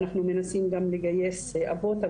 אנחנו מנסים גם לגייס אבות,